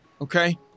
okay